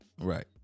Right